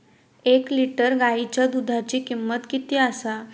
एक लिटर गायीच्या दुधाची किमंत किती आसा?